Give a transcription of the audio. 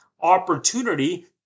opportunity